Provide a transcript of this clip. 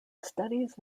studies